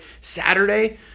Saturday